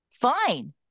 fine